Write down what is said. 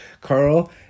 Carl